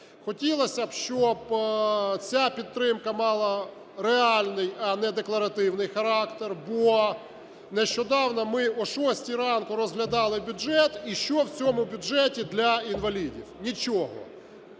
Хотілося, щоб ця підтримка мала реальний, а не декларативний характер, бо нещодавно ми о шостій ранку розглядали бюджет, і що в цьому бюджеті для інвалідів? Нічого.